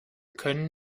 können